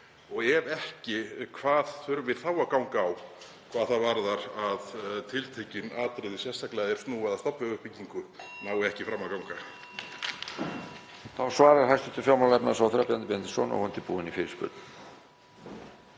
og ef ekki, hvað þurfi þá að ganga á, hvað það varðar, til að tiltekin atriði, sérstaklega er snúa að stofnvegauppbyggingu, nái ekki fram að ganga.